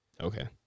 Okay